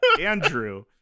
Andrew